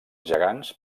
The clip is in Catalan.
gegants